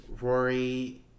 Rory